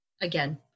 again